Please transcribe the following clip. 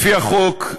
לפי החוק,